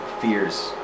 fears